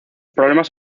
problemas